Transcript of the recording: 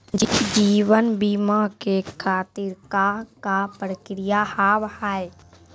जीवन बीमा के खातिर का का प्रक्रिया हाव हाय?